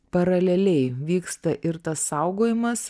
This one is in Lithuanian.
paraleliai vyksta ir tas saugojimas